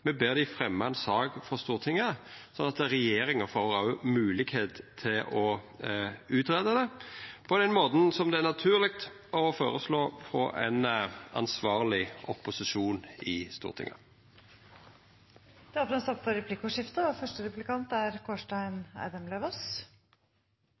Me ber dei fremja ei sak for Stortinget, slik at regjeringa får moglegheit til å greia det ut – på den måten det er naturleg å føreslå frå ein ansvarleg opposisjon i Stortinget. Det blir replikkordskifte.